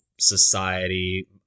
society